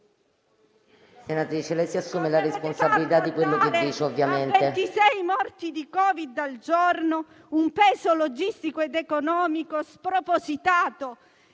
Senatrice, lei si assume la responsabilità di quello che dice, ovviamente.